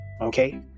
Okay